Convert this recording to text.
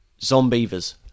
Zombievers